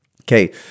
Okay